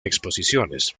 exposiciones